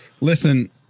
Listen